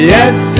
Yes